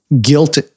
guilt